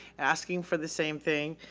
asking for the same thing